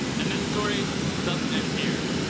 and that story doesn't end here.